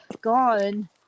gone